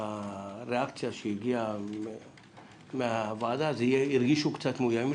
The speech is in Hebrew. הריאקציה שהגיעה מהוועדה, הרגישו קצת מאוימים.